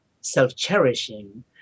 self-cherishing